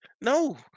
No